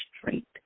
straight